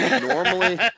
Normally